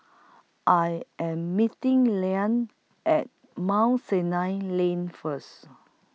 I Am meeting Lien At Mount Sinai Lane First